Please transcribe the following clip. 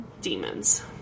demons